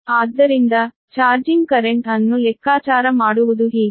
ಆದ್ದರಿಂದ charging current ಅನ್ನು ಲೆಕ್ಕಾಚಾರ ಮಾಡುವುದು ಹೀಗೆ